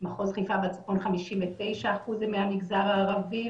במחוז חיפה והצפון 59% הם מהמגזר הערבי.